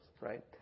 right